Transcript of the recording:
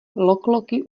lokloki